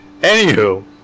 Anywho